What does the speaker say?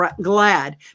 glad